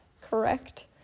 correct